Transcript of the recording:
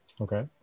Okay